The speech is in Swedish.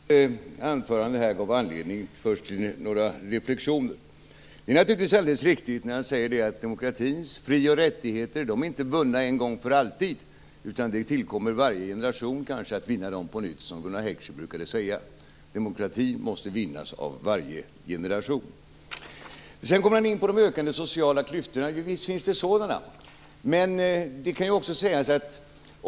Fru talman! Kenneth Kvists anförande gav anledning till några reflexioner. Det är naturligtvis riktigt att demokratins fri och rättigheter inte är bundna en gång för alltid. Det tillkommer varje generation att finna dem på nytt - som Gunnar Heckscher brukade säga. Demokrati måste vinnas av varje generation. Sedan kommer Kenneth Kvist in på frågan om de ökande sociala klyftorna. Visst finns det sådana.